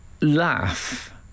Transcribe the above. laugh